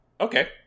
okay